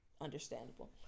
Understandable